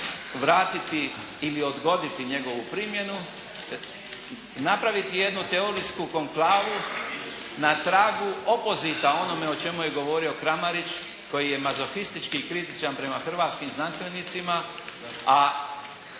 vratiti ili odgoditi njegovu primjenu. Napraviti jednu teorijsku konklavu na tragu opozita o onome o čemu je govorio Kramarić koji je mazohistički kritičan prema hrvatskim znanstvenicima, a